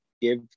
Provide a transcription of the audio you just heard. give